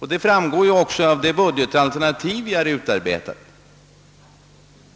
Detta framgår också av de budgetalternativ som vi har utarbetat.